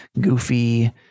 goofy